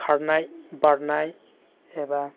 खारनाय बारनाय एबा